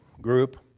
group